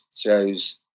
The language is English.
shows